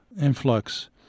influx